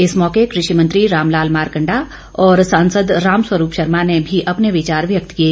इस मौके कृषि मंत्री रामलाल मारकंडा और सांसद रामस्वरूप शर्मा ने भी अपने विचार व्यक्त किए